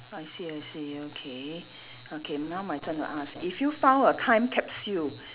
I see I see okay okay now my turn to ask if you found a time capsule